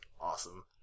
awesome